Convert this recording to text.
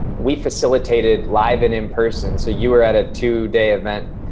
we facilitated live and in person. so you were at a two-day event,